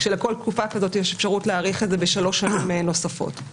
ולכל תקופה כזאת יש אפשרות להאריך את זה בשלוש שנים נוספות.